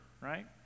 right